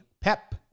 Pep